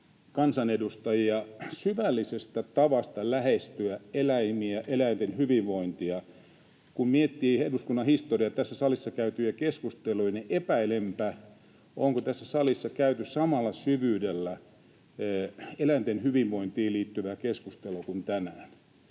kansanedustajia syvällisestä tavasta lähestyä eläimiä, eläinten hyvinvointia. Kun miettii eduskunnan historiaa, tässä salissa käytyjä keskusteluja, niin epäilenpä, onko tässä salissa käyty eläinten hyvinvointiin liittyvää keskustelua samalla